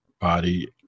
body